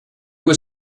were